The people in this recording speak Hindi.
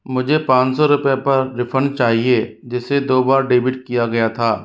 मुझे पाँच सौ रुपये पर रिफ़ंड चाहिए जिसे दो बार डेबिट किया गया था